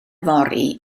fory